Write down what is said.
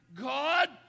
God